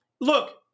Look